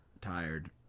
tired